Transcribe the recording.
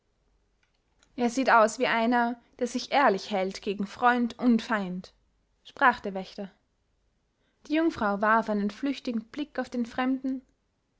er sieht aus wie einer der sich ehrlich hält gegen freund und feind sprach der wächter die jungfrau warf einen flüchtigen blick auf den fremden